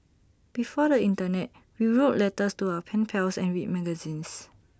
before the Internet we wrote letters to our pen pals and read magazines